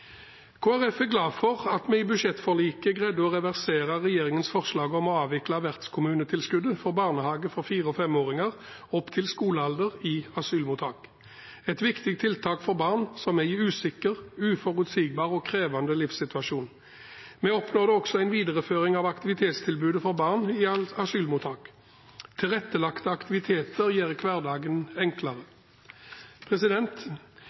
Folkeparti er glad for at vi i budsjettforliket greide å reversere regjeringens forslag om å avvikle vertskommunetilskuddet for barnehage for fire- og femåringer opp til skolealder i asylmottak, et viktig tiltak for barn som er i en usikker, uforutsigbar og krevende livssituasjon. Vi oppnådde også en videreføring av aktivitetstilbudet for barn i asylmottak. Tilrettelagte aktiviteter gjør hverdagen enklere.